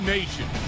Nation